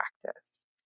practice